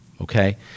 Okay